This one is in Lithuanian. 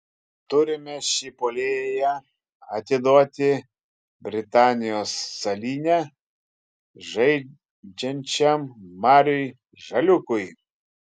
turime šį puolėją atiduoti britanijos salyne žaidžiančiam mariui žaliūkui